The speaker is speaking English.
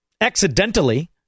accidentally